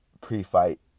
pre-fight